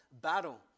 battle